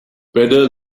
better